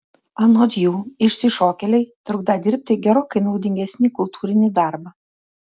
anot jų išsišokėliai trukdą dirbti gerokai naudingesnį kultūrinį darbą